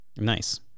Nice